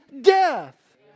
death